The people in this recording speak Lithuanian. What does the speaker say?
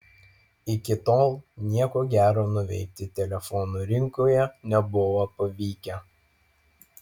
iki tol nieko gero nuveikti telefonų rinkoje nebuvo pavykę